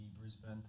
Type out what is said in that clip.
Brisbane